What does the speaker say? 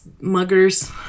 muggers